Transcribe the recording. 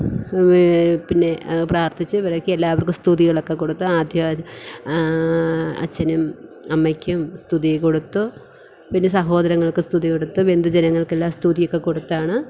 പിന്നെ പ്രാർത്ഥിച്ചു വീട്ടിൽ എല്ലാവർക്കും സ്തുതികളൊക്കെ കൊടുത്ത് ആദ്യ അച്ഛനും അമ്മയ്ക്കും സ്തുതി കൊടുത്തു പിന്നെ സഹോദരങ്ങൾക്ക് സ്തുതി കൊടുത്ത് ബന്ധു ജനങ്ങൾക്കെല്ലാം സ്തുതിയൊക്കെ കൊടുത്താണ്